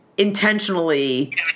intentionally